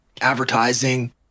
advertising